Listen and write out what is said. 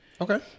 Okay